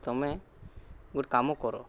ତୁମେ ଗୋଟେ କାମ କର